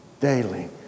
daily